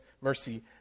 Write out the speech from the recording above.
mercy